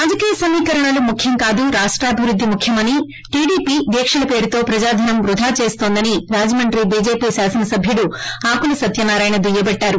రాజకీయ సమీకరణాలు ముఖ్యం కాదు రాష్లాభీవుద్ది ముఖ్యం అని టిడిపి దీక్షల పేరుతో ప్రజాధనం వృదా చేస్తోందని రాజమండ్రి బిజేపి శాసన సభ్యుడు ఆకుల సత్య నారాయణ దుయ్యబట్టారు